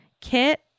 Kit